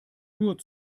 nur